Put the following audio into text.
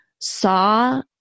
saw